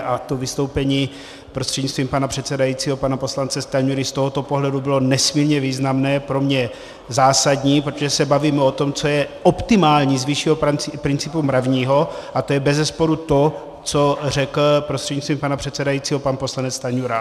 A to vystoupení prostřednictvím pana předsedajícího pana poslance Stanjury z tohoto pohledu bylo nesmírně významné, pro mě zásadní, protože se bavíme o tom, co je optimální z vyššího principu mravního, a to je bezesporu to, co řekl prostřednictvím pana předsedajícího pan poslanec Stanjura.